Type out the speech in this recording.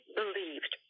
believed